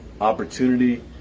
opportunity